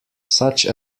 such